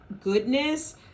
goodness